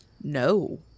No